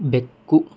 ಬೆಕ್ಕು